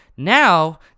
Now